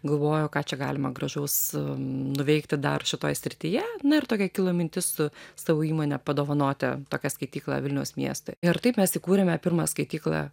galvojau ką čia galima gražaus nuveikti dar šitoj srityje na ir tokia kilo mintis sau įmonę padovanoti tokią skaityklą vilniaus mieste ir taip mes įkūrėme pirmą skaitykla